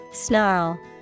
Snarl